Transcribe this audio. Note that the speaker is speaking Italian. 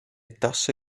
tasse